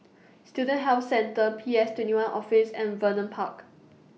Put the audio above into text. Student Health Centre P S twenty one Office and Vernon Park